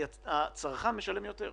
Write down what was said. הצרכן משלם יותר.